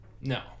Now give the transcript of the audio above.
no